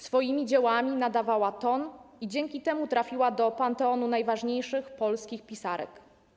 Swoimi dziełami nadawała ton i dzięki temu trafiła do panteonu najważniejszych polskich pisarek.